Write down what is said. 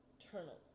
internal